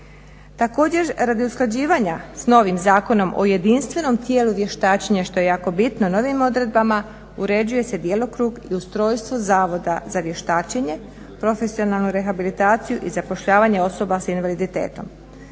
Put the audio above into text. Također radi usklađivanja s novim Zakonom o jedinstvenom tijelu vještačenja što je jako bitno, novim odredbama uređuje se djelokrug i ustrojstvo Zavoda za vještačenje, profesionalnu rehabilitaciju i zapošljavanje osoba s invaliditetom.